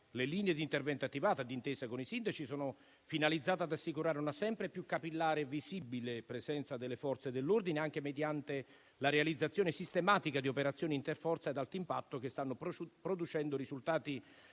le linee d'intervento attivate d'intesa con i sindaci sono finalizzate ad assicurare una sempre più capillare e visibile presenza delle Forze dell'ordine, anche mediante la realizzazione sistematica di operazioni interforze ad alto impatto che stanno producendo risultati